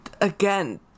Again